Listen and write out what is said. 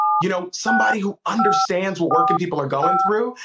you know somebody who understands what working people are going through.